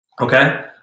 Okay